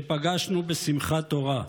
שפגשנו בשמחת תורה.